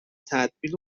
تدوین